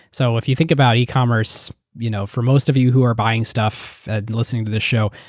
so if you think about ecommerce, you know for most of you who are buying stuff and listening to this show,